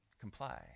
comply